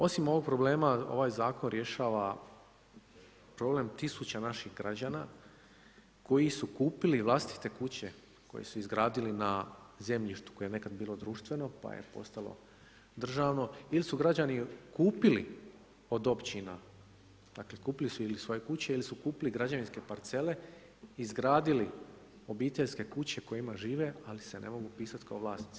Osim ovog problema ovaj Zakon rješava problem tisuća naših građana koji su kupili vlastite kuće koje su izgradili na zemljište koje je nekad bilo društveno pa je postalo državno ili su građani kupili od općina, dakle kupili su ili svoje kuće ili su kupili građevinske parcele, izgradili obiteljske kuće u kojima žive, ali se ne mogu upisati kao vlasnici.